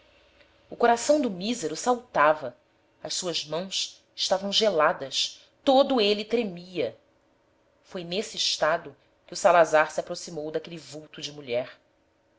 o coração do mísero saltava as suas mãos estavam geladas todo ele tremia foi nesse estado que o salazar se aproximou daquele vulto de mulher